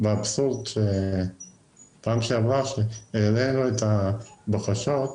כי חברות האוטובוסים הסתדרו עם האוטובוסים.